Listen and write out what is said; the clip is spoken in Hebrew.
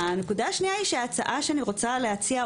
ההצעה שאני מציעה,